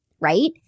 right